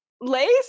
Lace